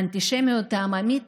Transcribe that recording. האנטישמיות העממית